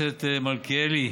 הכנסת מלכיאלי: